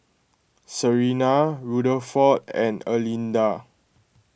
Sarina Rutherford and Erlinda